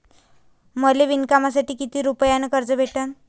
मले विणकामासाठी किती रुपयानं कर्ज भेटन?